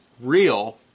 real